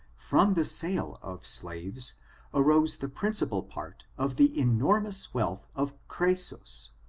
from the sale of slaves arose the principal part of the enormous wealth of crobsus.